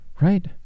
right